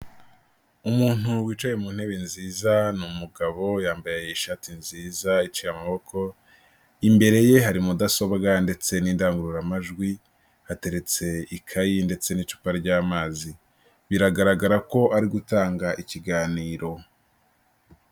Umuntu wicaye mu ntebe nziza ni umugabo yambaye ishati nziza aciye amaboko, imbere ye hari mudasobwa ndetse n'indangururamajwi, hateretse ikayi ndetse n'icupa ry'amazi, biragaragara ko ari gutanga ikiganiro.